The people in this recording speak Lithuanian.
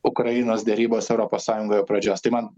ukrainos derybos europos sąjungoje pradžios tai man